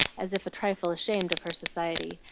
as if a trifle ashamed of her society,